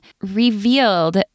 revealed